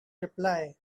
reply